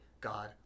God